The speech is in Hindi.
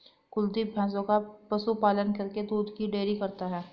कुलदीप भैंसों का पशु पालन करके दूध की डेयरी करता है